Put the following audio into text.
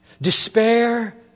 Despair